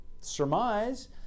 surmise